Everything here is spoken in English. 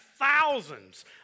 thousands